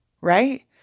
right